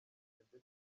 ndetse